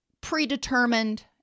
predetermined